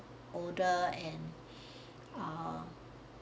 older and err